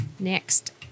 next